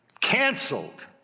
canceled